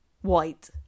white